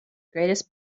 greatest